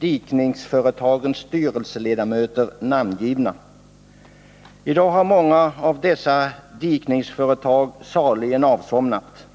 dikningsföretagens styrelseledamöter namngivna. I dag har många av dessa dikningsföretag saligen avsomnat.